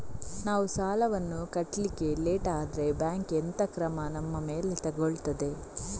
ನಾವು ಸಾಲ ವನ್ನು ಕಟ್ಲಿಕ್ಕೆ ಲೇಟ್ ಆದ್ರೆ ಬ್ಯಾಂಕ್ ಎಂತ ಕ್ರಮ ನಮ್ಮ ಮೇಲೆ ತೆಗೊಳ್ತಾದೆ?